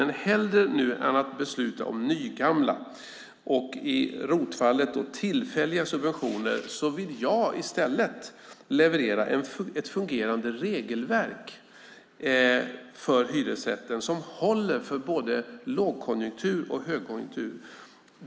I stället för att besluta om nygamla och i ROT-fallet tillfälliga subventioner vill jag leverera ett fungerande regelverk för hyresrätten som håller för både lågkonjunktur och högkonjunktur.